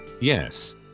Yes